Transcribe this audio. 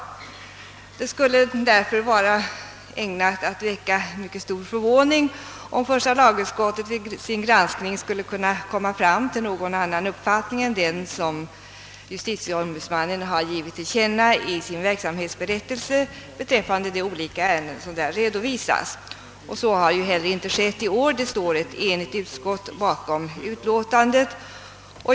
Det skulle därför vara ägnat att väcka mycket stor förvåning, om första lagutskottet vid sin granskning skulle kunna komma fram till någon annan uppfattning än den som justitieombudsmannen har givit till känna i sin verksamhetsberättelse beträffande de olika ärenden som där redovisas. Så har ju heller inte skett i år. Det står ett enhälligt utskott bakom utlåtandet.